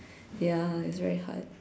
ya it's very hard